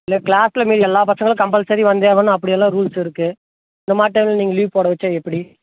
இல்லை கிளாஸில் மீதி எல்லா பசங்களும் கம்பல்சரி வந்தே ஆகன்னு அப்படியெல்லாம் ரூல்ஸ் இருக்குது இந்த மாதிரி டைமில் நீங்கள் லீவ் போட வைச்சா எப்படி